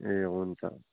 ए हुन्छ